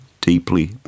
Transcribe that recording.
deeply